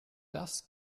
das